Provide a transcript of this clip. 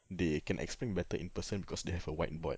they can explain better in person cause they have a white board